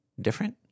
different